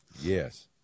Yes